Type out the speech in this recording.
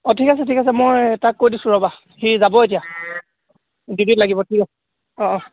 অঁ ঠিক আছে ঠিক আছে মই তাক কৈ দিছোঁ ৰ'বা সি যাব এতিয়া ডিউটিট লাগিব ঠিক আছে অঁ অঁ